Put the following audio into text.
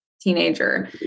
teenager